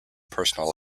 personal